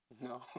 No